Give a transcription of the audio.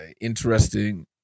interesting